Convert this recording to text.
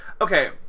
Okay